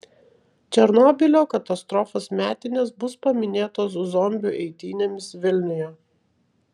černobylio katastrofos metinės bus paminėtos zombių eitynėmis vilniuje